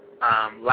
last